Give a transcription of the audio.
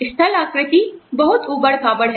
स्थलाकृति बहुत ऊबड़ खाबड़ है